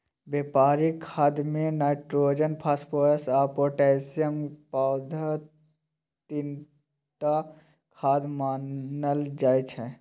बेपारिक खादमे nitrogen, phosphorus आ पोटाशियमकेँ पैघ तीनटा खाद मानल जाइ छै